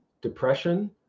depression